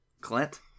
Clint